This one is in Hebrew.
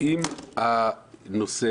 אם הנושא